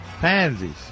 pansies